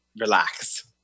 relax